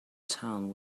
town